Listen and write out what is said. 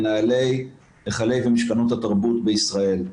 מנהלי היכלי ומשכנות התרבות בישראל.